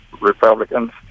Republicans